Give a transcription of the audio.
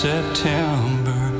September